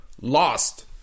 lost